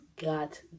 got